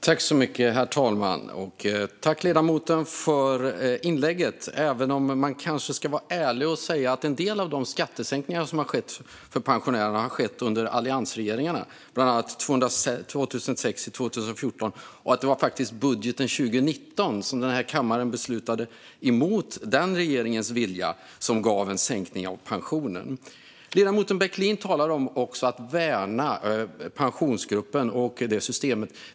Herr talman! Tack, ledamoten, för inlägget - även om man kanske ska vara ärlig och säga att en del av de skattesänkningar som har skett för pensionärerna har skett under alliansregeringarna, bland annat 2006-2014. Och det var faktiskt i budgeten 2019 som den här kammaren beslutade emot den dåvarande regeringens vilja, vilket gav en sänkning av pensionen. Ledamoten Bäckelin talar också om att värna Pensionsgruppen och systemet med den.